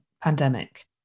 pandemic